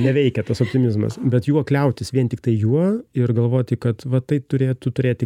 neveikia tas optimizmas bet juo kliautis vien tiktai juo ir galvoti kad va tai turėtų turėti